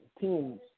teams